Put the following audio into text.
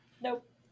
nope